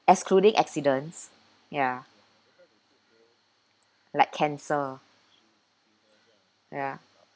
excluding accidents ya like cancer ya